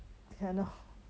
cannot